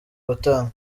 gutangwa